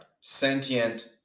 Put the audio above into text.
sentient